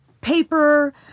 paper